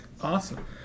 awesome